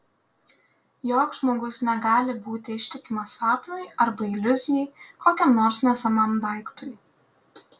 joks žmogus negali būti ištikimas sapnui arba iliuzijai kokiam nors nesamam daiktui